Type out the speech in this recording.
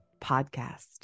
Podcast